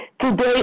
Today